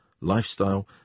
lifestyle